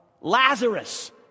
Lazarus